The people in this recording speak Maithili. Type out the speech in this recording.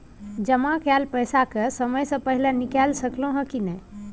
जमा कैल पैसा के समय से पहिले निकाल सकलौं ह की नय?